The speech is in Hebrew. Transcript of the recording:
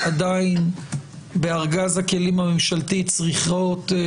עדיין בארגז הכלים הממשלתי צריכות להיות